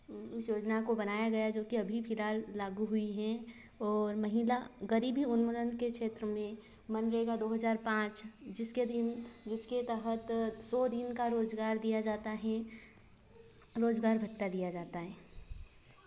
इस योजना को बनाया गया हैं जो कि अभी फिलहाल लागू हुई है और महिला गरीबी उन्मूलन के क्षेत्र में मनरेगा दो हज़ार पाँच जिस के दिन जिसके तहत सौ दिन का रोज़गार दिया जाता है रोज़गार भत्ता दिया जाता है